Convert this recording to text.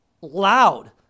loud